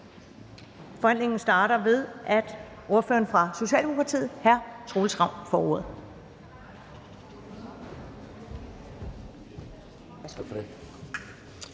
er åbnet og starter ved, at ordføreren for Socialdemokratiet, hr. Troels Ravn, får ordet.